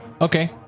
Okay